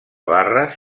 barres